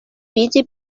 питӗ